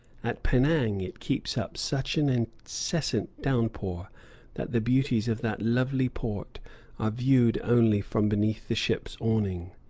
at penang it keeps up such an incessant downpour that the beauties of that lovely port are viewed only from beneath the ship's awning.